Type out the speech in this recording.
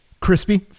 Crispy